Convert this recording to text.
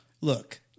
Look